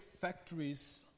factories